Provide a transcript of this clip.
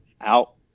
out